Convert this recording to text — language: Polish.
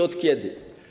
Odkiedy?